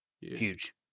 Huge